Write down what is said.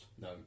No